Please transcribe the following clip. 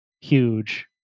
huge